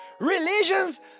Religions